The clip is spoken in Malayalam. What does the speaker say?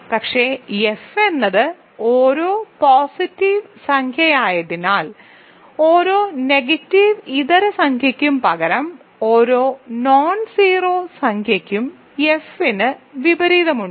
പക്ഷേ F എന്നത് ഓരോ പോസിറ്റീവ് സംഖ്യയായതിനാൽ ഓരോ നെഗറ്റീവ് ഇതര സംഖ്യയ്ക്കും പകരം ഓരോ നോൺജെറോ സംഖ്യയ്ക്കും F ന് വിപരീതമുണ്ട്